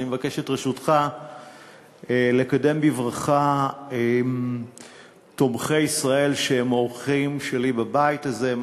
אני מבקש את רשותך לקדם בברכה תומכי ישראל שהם אורחים שלי בבית הזה.